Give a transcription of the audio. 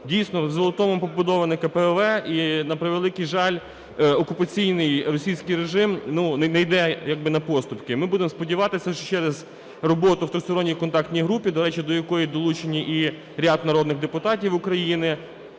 Дійсно, в Золотому побудовано КПВВ, і, на превеликий жаль, окупаційний російський режим не йде як би на поступки. Ми будемо сподіватися, що через роботу в Трьохсторонній контактній групі, до речі, до якої долучені і ряд народних депутатів України,